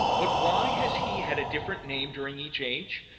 but why has he had a different name during each age?